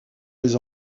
les